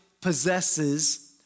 possesses